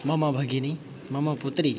मम भगिनी मम पुत्री